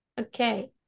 Okay